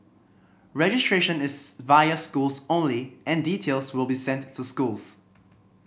registration is via schools only and details will be sent to schools